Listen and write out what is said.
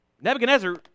Nebuchadnezzar